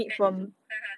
bat soup